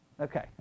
Okay